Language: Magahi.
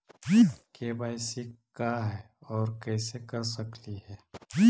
के.वाई.सी का है, और कैसे कर सकली हे?